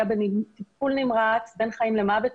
הוא היה בטיפול נמרץ בין חיים למוות,